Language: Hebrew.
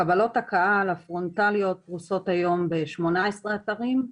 קבלות הקהל הפרונטליות פרושות היום ב-18 אתרים.